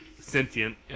sentient